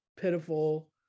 pitiful